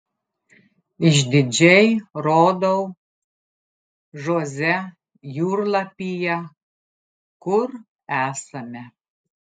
išdidžiai rodau žoze jūrlapyje kur esame